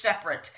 separate